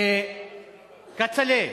כצל'ה.